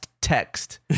text